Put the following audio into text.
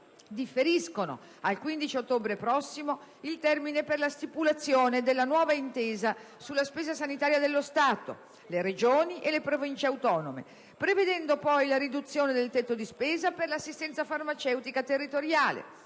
differiscono al 15 ottobre prossimo il termine per la stipulazione della nuova intesa sulla spesa sanitaria tra lo Stato, le Regioni e le Province autonome e prevedono, poi, la riduzione del tetto di spesa per l'assistenza farmaceutica territoriale,